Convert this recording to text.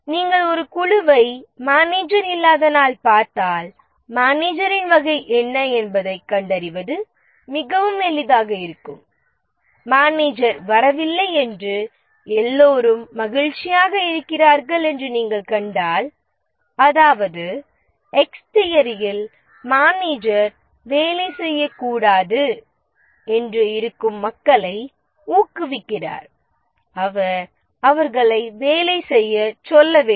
நீங்கள் ஒரு குழுவை மேனேஜர் இல்லாத நாள் பார்த்தால் மேனேஜரின் வகை என்ன என்பதைக் கண்டறிவது மிகவும் எளிதாக இருக்கும் மேனேஜர் வரவில்லை என்று எல்லோரும் மகிழ்ச்சியாக இருக்கிறார்கள் என்று நீங்கள் கண்டால் அதாவது 'X' தியரியில் மேனேஜர் வேலை செய்யக்கூடாது என்று இருக்கும் மக்களை ஊக்குவிக்கிறார்கள் அவர் அவர்களை வேலை செய்யச் சொல்ல வேண்டும்